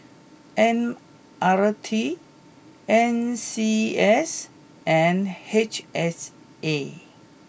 M R T N C S and H S A